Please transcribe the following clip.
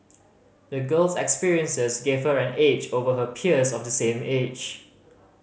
the girl's experiences gave her an edge over her peers of the same age